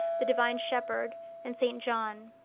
the divine shepherd and st john.